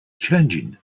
changing